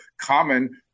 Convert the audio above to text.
common